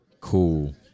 cool